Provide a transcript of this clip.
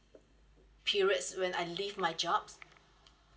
periods when I leave my job